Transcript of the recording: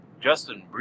Justin